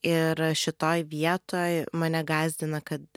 ir šitoj vietoj mane gąsdina kad